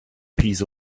piece